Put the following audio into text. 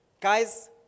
Guys